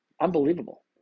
unbelievable